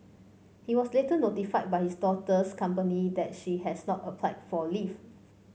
he was later notified by his daughter's company that she has not applied for leave